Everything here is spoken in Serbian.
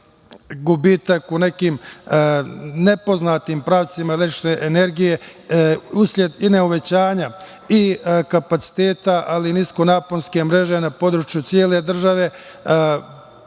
gubitak u nekim nepoznatim pravcima električne energije usled uvećanja i kapaciteta, ali i nisko naponske mreže na području cele države